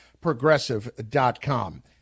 Progressive.com